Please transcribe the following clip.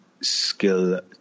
skill